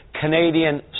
Canadian